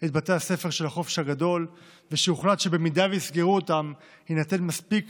את בתי הספר של החופש הגדול ושהוחלט שאם יסגרו אותם יינתן מספיק